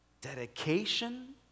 dedication